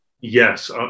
Yes